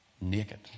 naked